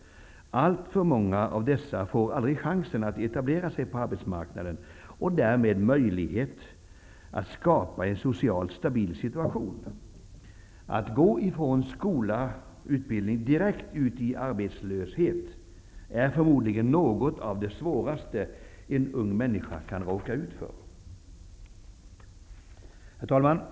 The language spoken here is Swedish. Alltför många av dessa får aldrig chansen att etablera sig på arbetsmarknaden och får därmed inte möjlighet att skapa en socialt stabil situation. Att gå från skola/utbildning direkt ut i arbetslöshet är förmodligen något av det svåraste en ung människa kan råka ut för. Herr talman!